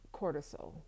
cortisol